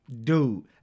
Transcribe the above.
dude